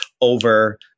over